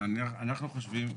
אנחנו חושבים,